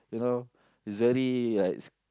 you know it's very like